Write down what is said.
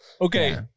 Okay